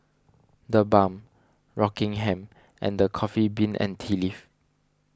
the Balm Rockingham and the Coffee Bean and Tea Leaf